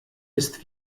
ist